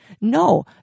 No